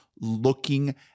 looking